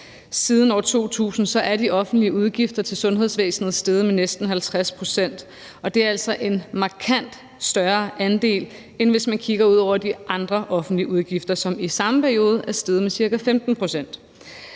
Siden år 2000 er de offentlige udgifter til sundhedsvæsenet steget med næsten 50 pct., og det er altså en markant større andel, end hvis man kigger ud over de andre offentlige udgifter, som i samme periode er steget med cirka 15 pct.